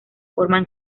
forman